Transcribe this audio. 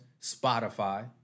Spotify